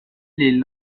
les